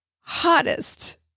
hottest